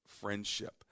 friendship